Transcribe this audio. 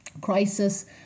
crisis